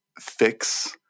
fix